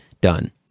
done